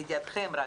לידיעתכם,